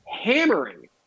hammering